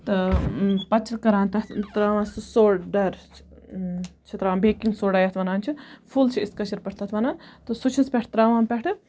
تہٕ پَتہٕ چھِ کَران تتھ تراوان سُہ سوڈَر چھِ تراوان بیکِنٛگ سوڈا یتھ وَنان چھِ فُل چھِ أسۍ کٲشِر پٲٹھۍ تتھ وَنان سُہ چھِس پیٚٹھِ تراوان پیٚٹھِ